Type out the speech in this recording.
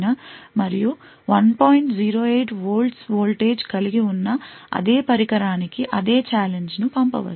08వోల్ట్స్ voltage కలిగి ఉన్న అదే పరికరానికి అదే ఛాలెంజ్ ను పంపవచ్చు